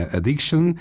Addiction